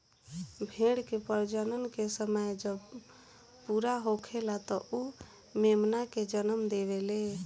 भेड़ के प्रजनन के समय जब पूरा होखेला त उ मेमना के जनम देवेले